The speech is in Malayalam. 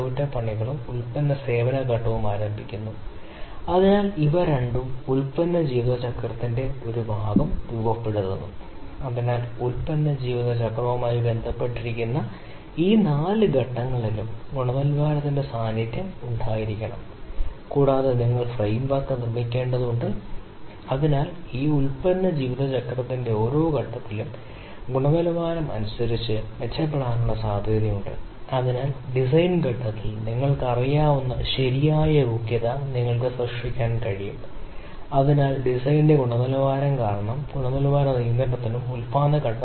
അതിനാൽ ഞാൻ ഇവിടെ ചെയ്യാൻ ആഗ്രഹിക്കുന്നത് ചേർക്കുന്നതിലൂടെ കണക്കുകൂട്ടുന്നത് നിങ്ങൾക്കറിയാം minus µ2 plus y1 y2 y3 plus എന്നിവയുടെ ഇരട്ടി µ തവണ കുറയ്ക്കുക y n വരെ ഇവിടെ n കൊണ്ട് ഹരിക്കുന്നു അതിനാൽ എനിക്ക് ഇത് എഴുതാൻ കഴിയുന്നത് y 1 ആണ് minus plus2 plus y 2 minus plus2 plus y n minus µ2 നെ പ്ലസ് ടി 2 മൈനസ് കൊണ്ട് വിഭജിച്ച് t y 1 plus y2 plus y3 പ്ലസും മറ്റും yn വരെ n കൊണ്ട് ഹരിച്ചാൽ അങ്ങനെയാണ് എനിക്ക് എഴുതാൻ കഴിയുക ശരാശരി ഗുണനിലവാര നഷ്ടത്തിന്റെ മൂല്യം മുമ്പ് കമ്പ്യൂട്ടിംഗ് ഫോം ആണ്